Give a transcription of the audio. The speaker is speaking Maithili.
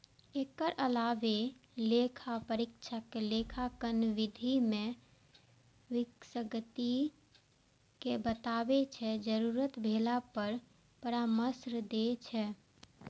एकर अलावे लेखा परीक्षक लेखांकन विधि मे विसंगति कें बताबै छै, जरूरत भेला पर परामर्श दै छै